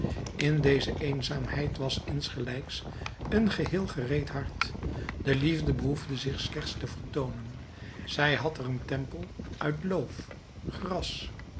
in deze eenzaamheid was insgelijks een geheel gereed hart de liefde behoefde zich slechts te vertoonen zij had er een tempel uit loof gras